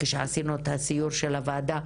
כשעשינו את הסיור של הוועדה,